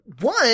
One